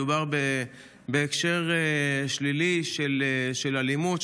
מדובר בהקשר שלילי של אלימות,